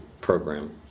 program